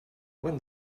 when